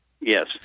Yes